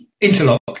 interlock